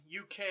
uk